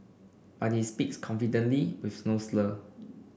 but he speaks confidently with no slur